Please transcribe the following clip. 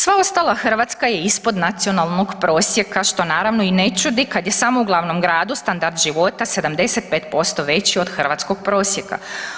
Sva ostala Hrvatska je ispod nacionalnog prosjeka, što naravno i ne čudi kad je samo u glavnom gradu standard života 75% veći od hrvatskog prosjeka.